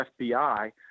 FBI